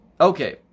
Okay